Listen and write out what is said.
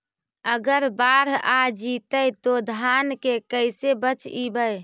अगर बाढ़ आ जितै तो धान के कैसे बचइबै?